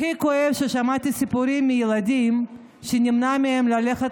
הכי כואב הוא ששמעתי סיפורים מילדים שנמנע מהם ללכת